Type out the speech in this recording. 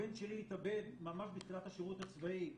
הבן שלי התאבד ממש בתחילת השירות הצבאי.